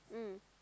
mm